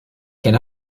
can